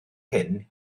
hyn